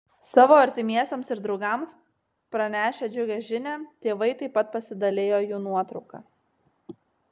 savo artimiesiems ir draugams pranešę džiugią žinią tėvai taip pat pasidalijo jų nuotrauka